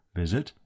visit